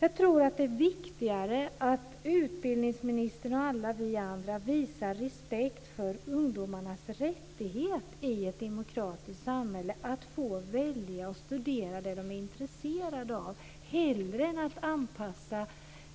Jag tror att det är viktigare att utbildningsministern och alla vi andra visar respekt för ungdomarnas rättighet i ett demokratiskt samhälle att välja och studera det de är intresserade av än att anpassa